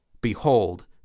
Behold